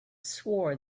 swore